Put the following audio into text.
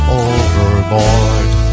overboard